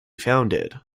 founded